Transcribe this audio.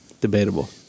Debatable